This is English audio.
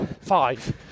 five